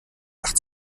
acht